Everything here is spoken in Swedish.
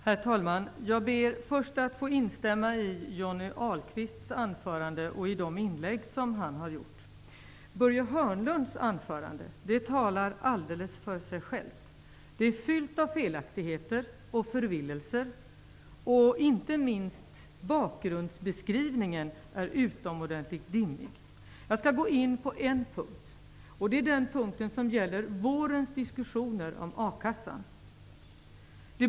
Herr talman! Jag ber först att få instämma i Johnny Ahlqvists anförande och de övriga inläggen han har haft. Börje Hörnlunds anförande talade alldeles för sig självt. Det var fyllt av felaktigheter och förvillelser. Inte minst bakgrundsbeskrivningen var utomordentligt dimmig. Jag skall gå in på den punkt som gäller vårens diskussioner om a-kassan.